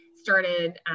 started